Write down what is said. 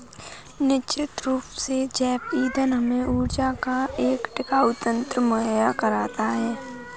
निश्चित रूप से जैव ईंधन हमें ऊर्जा का एक टिकाऊ तंत्र मुहैया कराता है